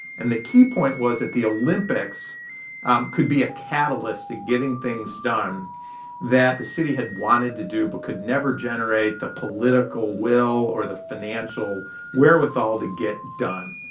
and the key point was that the olympics um could be a catalyst to getting things done that the city had wanted to do but could never generate the political will or the financial wherewithal to get done.